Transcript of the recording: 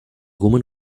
woman